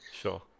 Sure